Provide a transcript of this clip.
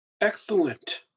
Excellent